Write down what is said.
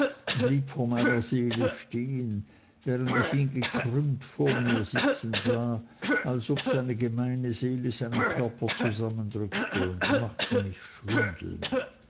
blieb vor meiner seele stehen während ich ihn gekrümmt vor mir sitzen sah als ob seine gemeine seele seinen körper zusammendrückte und machte mich schwindeln